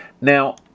Now